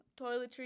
toiletries